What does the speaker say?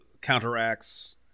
counteracts